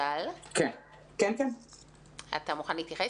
אתה מוכן להתייחס?